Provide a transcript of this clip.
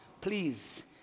please